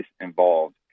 involved